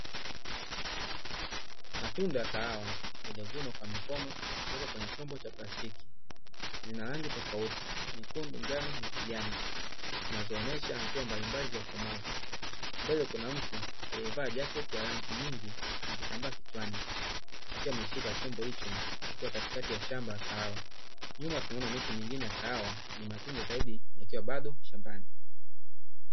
Matunda ya kahawa, yaliyovunwa kwa mikono na kuwekwa kwenye chombo cha plastiki, yana rangi tofauti; nyekundu, njano na kijani, zinazoonesha hatua mbalimbali zilizokomavu. Mbele kuna mtu aliyevaa jacketi ya rangi nyingi na kitambaa kichwani, akiwa ameshika chombo hicho ikiwa katikati ya shamba la kahawa. Nyuma tunaona miti mingine ya kahawa yenye matunda zaidi yakiwa bado shambani.